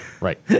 Right